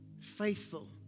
faithful